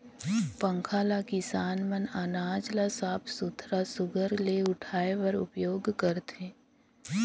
पंखा ल किसान मन अनाज ल साफ सुथरा सुग्घर ले उड़वाए बर उपियोग करथे